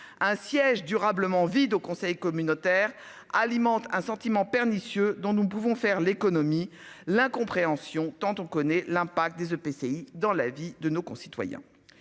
un siège durablement vide au conseil communautaire alimente un sentiment pernicieux dont nous ne pouvons faire l'économie, l'incompréhension tant on connaît l'impact des EPCI dans la vie de nos concitoyens.